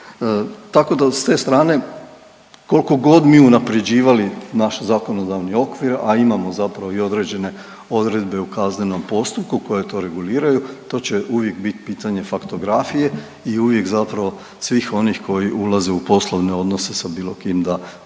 Tako da s te strane kolko god mi unaprjeđivali naš zakonodavni okvir, a imamo zapravo i određene odredbe u kaznenom postupku koje to reguliraju, to će uvijek bit pitanje faktografije i uvijek zapravo svih onih koji ulaze u poslovne odnose sa bilo kim da budu